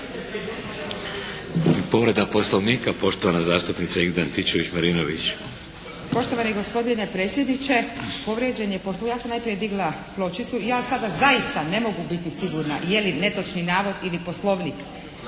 Povreda Poslovnika poštovana zastupnica Ingrid Antičević-Marinović. **Antičević Marinović, Ingrid (SDP)** Poštovani gospodine predsjedniče, povrijeđen je, ja sam najprije digla pločicu. Ja sada zaista ne mogu biti sigurna je li netočni navod ili Poslovnik.